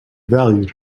valued